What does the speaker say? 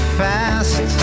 fast